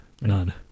None